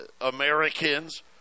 Americans